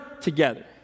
together